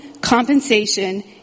compensation